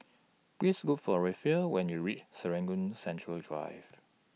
Please Look For Raphael when YOU REACH Serangoon Central Drive